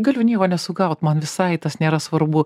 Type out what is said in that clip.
galiu nieko nesugaut man visai tas nėra svarbu